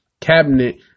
cabinet